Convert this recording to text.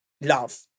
love